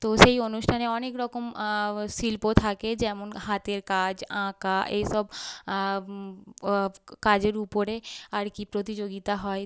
তো সেই অনুষ্ঠানে অনেক রকম শিল্প থাকে যেমন হাতের কাজ আঁকা এইসব কাজের উপরে আর কি প্রতিযোগিতা হয়